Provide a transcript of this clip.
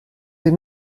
des